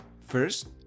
First